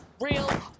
Real